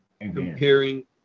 comparing